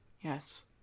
Yes